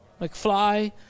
McFly